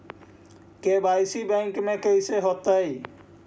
KYC bank में कैसे होतै?